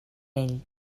ell